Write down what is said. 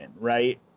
Right